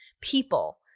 people